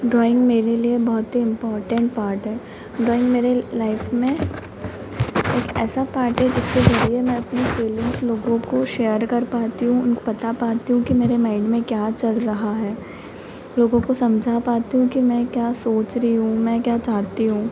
drawing मेरे लिए बहुत ही इम्पोर्टेन्ट पार्ट हैं ड्राइंग मेरे लाइफ में एक ऐसा पार्ट है जिसके जरिए मैं अपनी फीलिंग लोगों को शेयर कर पाती हूँ उनको बता पाती हूँ कि मेरे माइंड में क्या चल रहा है लोगों को समझा पाती हूँ कि मैं क्या सोच रही हूँ मैं क्या चाहती हूँ